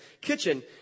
kitchen